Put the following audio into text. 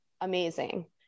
amazing